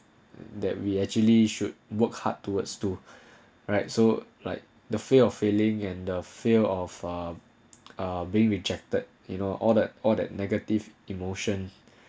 that we actually should work hard towards two right so like the fear of failing and the fear of uh being rejected you know all the all that negative emotion